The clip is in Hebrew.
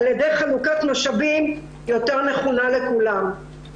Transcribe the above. על ידי חלוקת משאבים נכונה יותר לכולם.